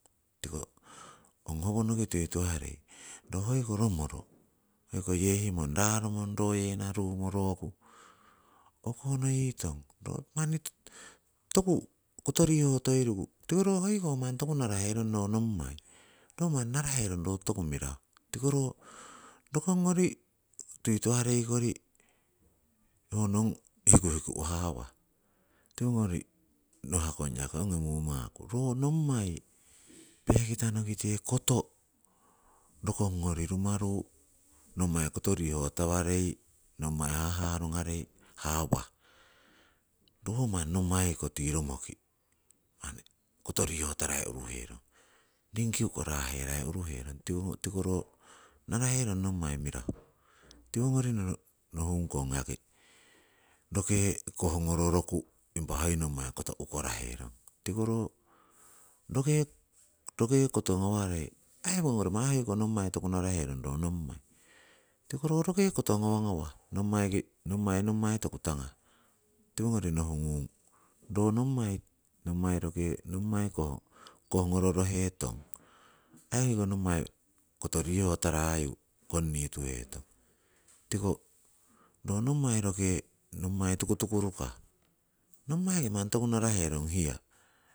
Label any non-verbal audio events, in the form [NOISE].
Tiko ong howonoki tuituharei ro hoiko romoro, [NOISE] hoiko yehimon raromong, royena, rumo, roku, o'konoyitong manni toku koto rihotoiriku tiko ro hoiko manni toku naraherong ro nommai, ro manni naraherong ro toku mirahu. Tiko ro rokongori tuituhareikori ho nong hikuhiku' hawah. Tiwongori nahakong yaki ongi mumaku, ro nommai [NOISE] pehkitanokite koto rokongori rumaru nommai kotoriho tawarei, nommai haharungarei hawah, ro ho nommai kiko tii romoki. manni kotoriho tarai huruherong, ringkikuko raa'herai uruherong, tiko ro naraherong nommai mirahu. [NOISE] tiwongori nohungkong yaki roke koh ngororoku, impa hoi nommai koto ukoraherong. Tiko ro roke, roke koto ngawarei aii hoyoriko hoi nommai toku naraherong ro nommai. Tiko ro roke koto ngawah ngawah nommaiki, nommai toku nommai tangah, tiwongori nohungung roh nommai. nommai roke koh ngororohetong ho oigiko nommai koto riho tarahu tuituhetong. Tiko roh nommai roke nommai tukutukuruka. nommaiki manni toku naraherong hiya.